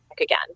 again